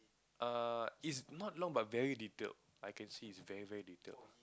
err its not long but very detailed I can see it's very very detailed